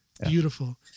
Beautiful